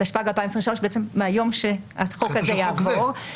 התשפ"ג-2023 מהיום שהחוק הזה יעבור,